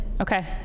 Okay